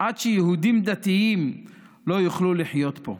עד שיהודים דתיים לא יוכלו לחיות פה.